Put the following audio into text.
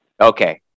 Okay